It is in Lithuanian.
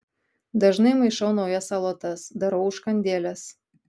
dažnai maišau naujas salotas darau užkandėles